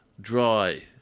dry